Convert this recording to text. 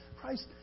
Christ